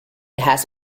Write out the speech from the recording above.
has